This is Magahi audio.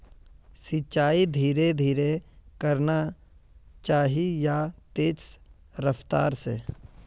सिंचाई धीरे धीरे करना चही या तेज रफ्तार से?